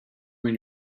when